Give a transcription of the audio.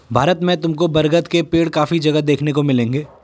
भारत में तुमको बरगद के पेड़ काफी जगह देखने को मिलेंगे